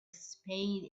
spade